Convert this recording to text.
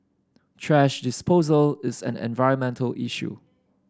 thrash disposal is an environmental issue